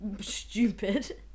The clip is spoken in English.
Stupid